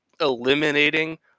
eliminating